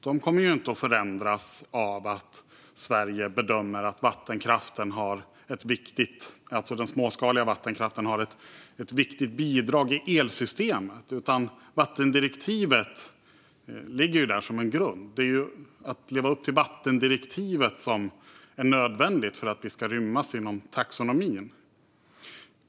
De kommer inte att förändras av bedömningen att den småskaliga vattenkraften är ett viktigt bidrag till elsystemet i Sverige. Vattendirektivet ligger där som en grund. Det är nödvändigt att leva upp till vattendirektivet för att vi ska rymmas inom taxonomin.